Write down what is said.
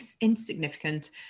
insignificant